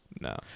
No